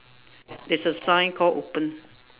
there's a sign called open